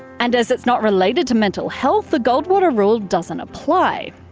and as it's not related to mental health, the goldwater rule doesn't apply.